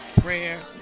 prayer